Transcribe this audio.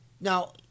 now